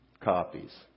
copies